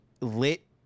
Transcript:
lit